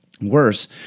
Worse